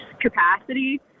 capacity